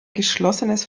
geschlossenes